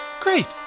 Great